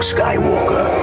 Skywalker